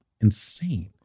insane